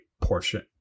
portion